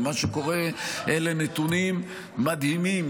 ומה שקורה הוא נתונים מדהימים,